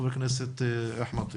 חבר הכנסת אחמד טיבי.